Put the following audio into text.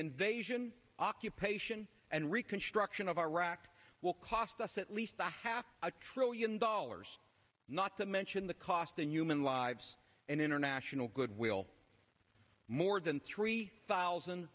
invasion occupation and reconstruction of iraq will cost us at least a half a trillion dollars not to mention the cost in human lives and international goodwill more than three thousand